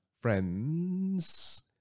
friends